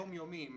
יומיומי,